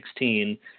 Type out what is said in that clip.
2016